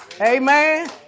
Amen